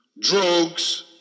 drugs